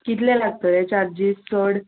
कितले लागतले चार्जीस चड